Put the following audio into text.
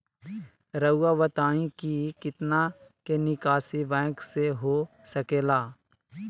रहुआ बताइं कि कितना के निकासी बैंक से हो सके ला?